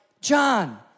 John